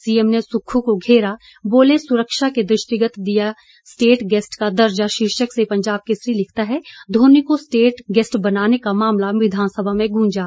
CM ने सुक्खू को घेरा बोले सुरक्षा के दृष्टिगत दिया स्टेट गेस्ट का दर्जा शीर्षक से पंजाब केसरी लिखता है धोनी को स्टेट गेस्ट बनाने का मामला विधानसभा में गूंजा